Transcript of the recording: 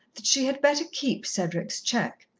that she had better keep cedric's cheque.